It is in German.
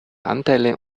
anteile